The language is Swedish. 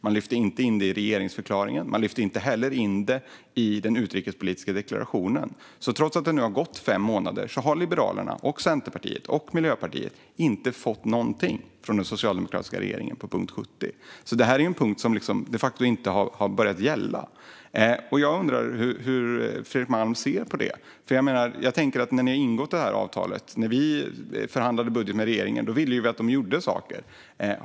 Man lyfte inte in det i regeringsförklaringen. Man lyfte inte heller in det i den utrikespolitiska deklarationen. Trots att det nu har gått fem månader har Liberalerna, Centerpartiet och Miljöpartiet inte fått någonting från den socialdemokratiska regeringen i fråga om punkt 70. Det är en punkt som de facto inte har börjat gälla. Jag undrar hur Fredrik Malm ser på det. Ni har ingått detta avtal. När vi budgetförhandlade med regeringen ville vi att de skulle göra saker.